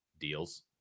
deals